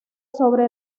sobre